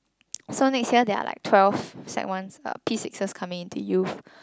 so next year there are like twelve Sec Ones uh P sixes coming into youth